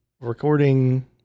recording